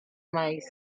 maíz